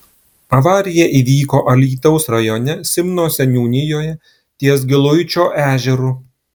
avarija įvyko alytaus rajone simno seniūnijoje ties giluičio ežeru